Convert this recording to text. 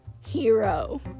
hero